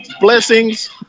Blessings